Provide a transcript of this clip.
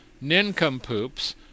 nincompoops